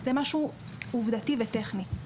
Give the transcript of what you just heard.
זה משהו עובדתי וטכני.